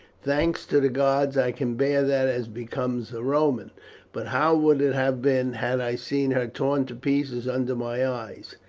thanks to the gods i can bear that as becomes a roman but how would it have been had i seen her torn to pieces under my eyes?